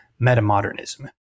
metamodernism